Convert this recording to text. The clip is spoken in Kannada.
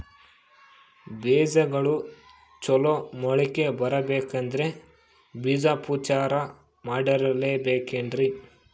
ಬೇಜಗಳು ಚಲೋ ಮೊಳಕೆ ಬರಬೇಕಂದ್ರೆ ಬೇಜೋಪಚಾರ ಮಾಡಲೆಬೇಕೆನ್ರಿ?